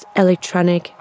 electronic